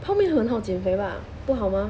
泡面很好减肥吧不好吗